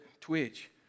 twitch